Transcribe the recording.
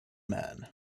man